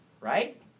right